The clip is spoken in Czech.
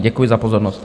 Děkuji za pozornost.